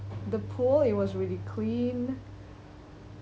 the pool it was really clean